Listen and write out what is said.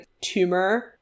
tumor